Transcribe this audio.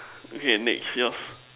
okay next yours